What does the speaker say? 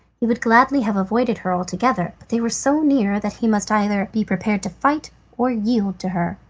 he would gladly have avoided her altogether, but they were so near that he must either be prepared to fight or yield to her,